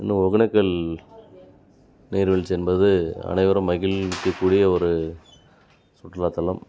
இன்னும் ஒகேனக்கல் நீர்வீழ்ச்சி என்பது அனைவரும் மகிழ்விக்கக் கூடிய ஒரு சுற்றுலாத்தலம்